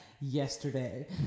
yesterday